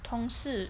同事